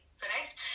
correct